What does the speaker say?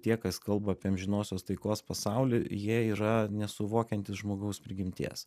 tie kas kalba apie amžinosios taikos pasaulį jie yra nesuvokiantys žmogaus prigimties